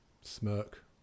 smirk